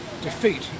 defeat